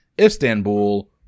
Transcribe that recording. Istanbul